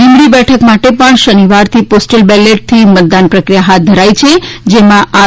લીંબડી બેઠક માટે પણ શનિવારથી પોસ્ટલ બેલેટથી મતદાન પ્રક્રિયા હાથ ધરાઈ છે જેમાં આર